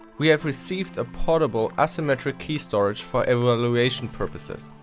we have received a portable assymetric key storage for evaluation purposes.